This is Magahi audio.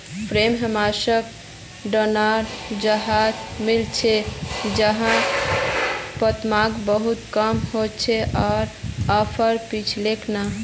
बर्फ हमसाक ठंडा जगहत मिल छेक जैछां तापमान बहुत कम होके आर बर्फ पिघलोक ना